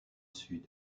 sud